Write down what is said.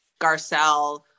Garcelle